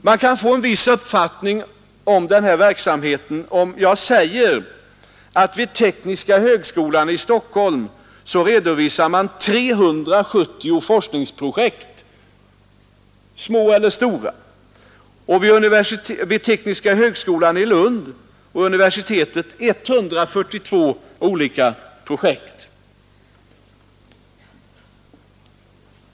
Man kan få en uppfattning om den här verksamheten, om jag säger att vid tekniska högskolan i Stockholm redovisas 370 forskningsprojekt, små eller stora, på detta område och vid tekniska högskolan i Lund och vid universitet 142 olika projekt.